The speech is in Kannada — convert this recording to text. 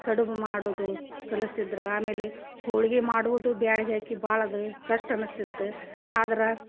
ಕಡುಬು ಮಾಡುವುದು ಕಲಸ್ತಿದ್ರು ಆಮೇಲೆ ಹೋಳ್ಗೆ ಮಾಡುವುದು ಬ್ಯಾಳ್ಗೆ ಹಾಕಿ ಭಾಳದು ಕಷ್ಟ ಅನಸ್ತಿತ್ತು ಆದ್ರೆ